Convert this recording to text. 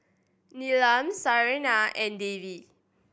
Neelam Saina and Devi